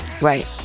right